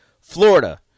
Florida